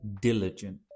diligent